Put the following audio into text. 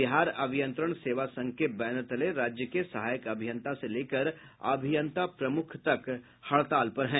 बिहार अभियंत्रण सेवा संघ के बैनरतले राज्य के सहायक अभियंता से लेकर अभियंता प्रमुख तक हड़ताल पर हैं